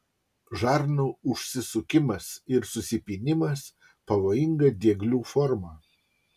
žarnų užsisukimas ir susipynimas pavojinga dieglių forma